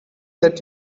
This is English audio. that